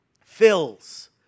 fills